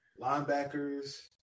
linebackers